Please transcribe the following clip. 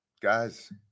guys